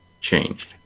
changed